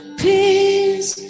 peace